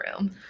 room